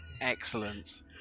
Excellent